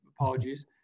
apologies